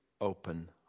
open